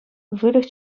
выльӑх